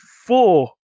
four